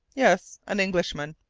yes an englishman.